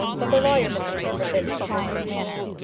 but the lawyer misinterpreted his client's manner.